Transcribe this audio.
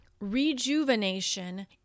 rejuvenation